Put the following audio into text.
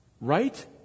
Right